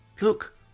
look